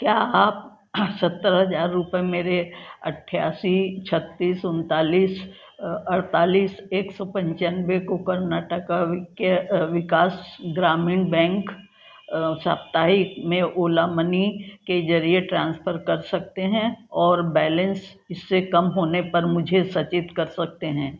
क्या आप सत्तर हज़ार रुपये मेरे अट्ठासी छत्तीस उनतालीस अड़तालीस एक सौ पंचानवे को कर्नाटका के विकास ग्रामीण बैंक साप्ताहिक में ओला मनी के ज़रिए ट्रांसफ़र कर सकते हैं और बैलेंस इससे कम होने पर मुझे सचेत कर सकते हैं